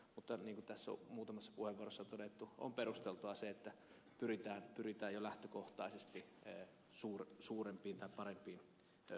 mutta niin kuin tässä muutamissa puheenvuoroissa on todettu on perusteltua se että pyritään jo lähtökohtaisesti suurempiin parempiin no peuksiin